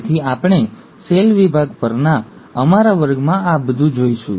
તેથી આપણે સેલ વિભાગ પરના અમારા વર્ગમાં આ બધું જોઈશું